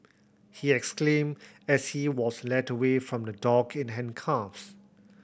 he exclaimed as he was led away from the dock in handcuffs